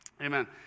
Amen